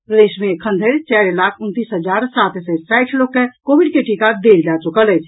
प्रदेश मे एखन धरि चारि लाख उनतीस हजार सात सय साठि लोक के कोविड के टीका देल जा चुकल अछि